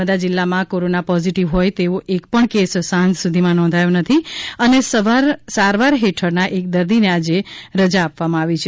નર્મદા જિલ્લામાં corona positive હોય તેવો એક પણ કેસ સાંજ સુધીમાં નોંધાયો નથી અને સારવાર હેઠળના એક દર્દીને આજે રજા આપવામાં આવી છે